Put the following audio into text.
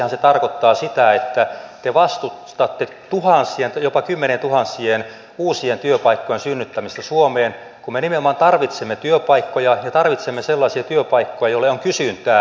suomeksihan se tarkoittaa sitä että te vastustatte tuhansien jopa kymmenien tuhansien uusien työpaikkojen synnyttämistä suomeen kun me nimenomaan tarvitsemme työpaikkoja ja tarvitsemme sellaisia työpaikkoja joille on kysyntää